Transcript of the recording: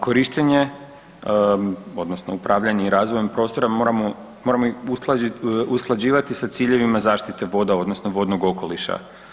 Korištenje odnosno upravljanjem i razvojem prostora moramo ih usklađivati sa ciljevima zaštite voda odnosno vodnog okoliša.